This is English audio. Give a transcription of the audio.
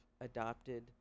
adopted